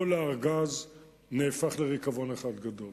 כל הארגז נהפך לריקבון אחד גדול.